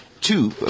Two